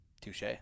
Touche